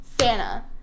Santa